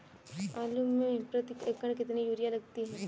आलू में प्रति एकण कितनी यूरिया लगती है?